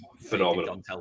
Phenomenal